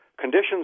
conditions